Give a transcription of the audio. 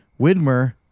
Widmer